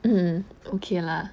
um okay lah